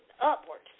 upwards